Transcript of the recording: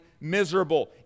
miserable